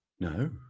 No